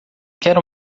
quer